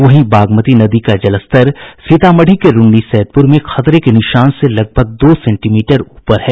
वहीं बागमती नदी का जलस्तर सीतामढ़ी के रून्नी सैदपुर में खतरे के निशान से लगभग दो सेंटीमीटर ऊपर है